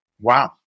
Wow